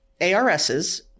ARSs